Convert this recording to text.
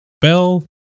Bell